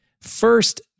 First